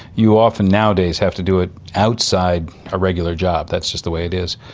you often nowadays have to do it outside a regular job, that's just the way it is.